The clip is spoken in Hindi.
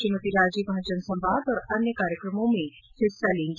श्रीमती राजे वहां जनसंवाद और अन्य कार्यक्रमों में हिस्सा लेंगी